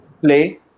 play